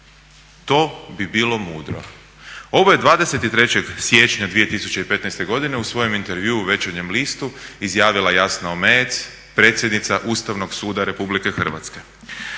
To bi bilo mudro.". Ovo je 23. siječnja 2015. godine u svojem intervjuu u Večernjem listu izjavila Jasna Omejec predsjednica Ustavnog suda Republike Hrvatske.